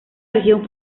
región